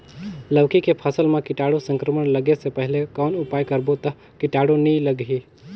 लौकी के फसल मां कीटाणु संक्रमण लगे से पहले कौन उपाय करबो ता कीटाणु नी लगही?